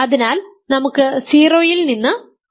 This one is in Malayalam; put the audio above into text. അതിനാൽ നമുക്ക് 0 ൽ എന്ന് ആരംഭിക്കാം